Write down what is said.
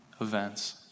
events